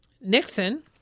Nixon